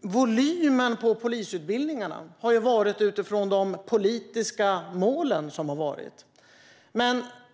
volymen på polisutbildningarna har varit utifrån de politiska mål som har varit.